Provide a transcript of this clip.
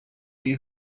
b’i